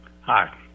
Hi